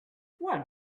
well